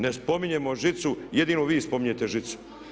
Ne spominjemo žicu, jedino vi spominjete žicu.